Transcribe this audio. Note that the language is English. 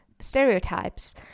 stereotypes